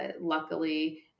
Luckily